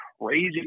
crazy